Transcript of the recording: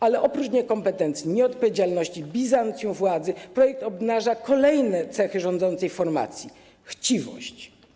Ale oprócz niekompetencji, nieodpowiedzialności, bizancjum władzy projekt obnaża kolejną cechę rządzącej formacji - chciwość.